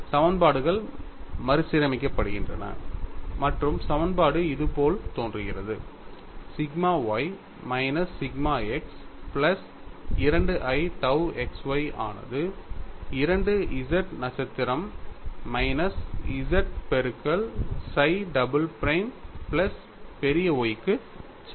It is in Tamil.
சமன்பாடுகள் மறுசீரமைக்கப்படுகின்றன மற்றும் சமன்பாடு இது போல் தோன்றுகிறது sigma y minus sigma x plus 2i tau x y ஆனது 2 z நட்சத்திரம் மைனஸ் z பெருக்கல் psi டபுள் பிரைம் பிளஸ் பெரிய y க்கு சமம்